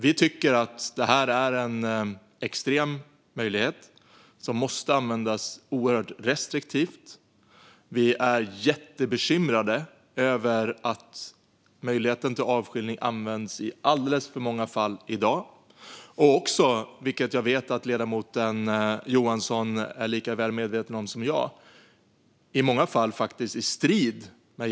Vi tycker att det är en extrem möjlighet som måste användas oerhört restriktivt. Vi är jättebekymrade över att avskiljningar används i alldeles för många fall i dag, ibland faktiskt i strid med gällande lagstiftning. Jag vet att ledamoten Johansson är väl medveten om det.